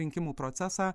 rinkimų procesą